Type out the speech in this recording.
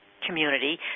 community